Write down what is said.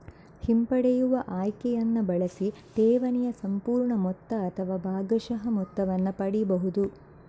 ಹಿಂಪಡೆಯುವ ಆಯ್ಕೆಯನ್ನ ಬಳಸಿ ಠೇವಣಿಯ ಸಂಪೂರ್ಣ ಮೊತ್ತ ಅಥವಾ ಭಾಗಶಃ ಮೊತ್ತವನ್ನ ಪಡೀಬಹುದು